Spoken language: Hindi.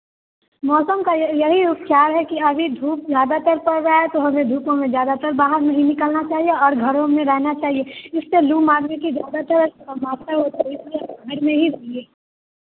मौसम का य यही उपचार है कि अभी धूप ज़्यादातर पड़ रहा है तो हमें धूपों में ज़्यादातर बाहर नहीं निकलना चाहिए और घरों में रहना चाहिए जिससे लू मारने की ज़्यादातर संभावना होती है इसलिए आप घर में ही रहिए